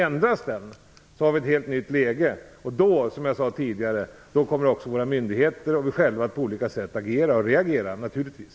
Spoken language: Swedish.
Ändras den så har vi ett helt nytt läge och då, som jag sade tidigare, kommer våra myndigheter och vi själva naturligtvis att på olika sätt agera och reagera.